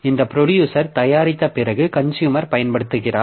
இந்த ப்ரொடியூசர் தயாரித்த பிறகு கன்சுயூமர் பயன்படுத்துகிறார்